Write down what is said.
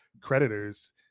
creditors